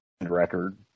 record